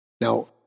Now